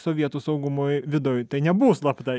sovietų saugumui viduj tai nebuvo slapta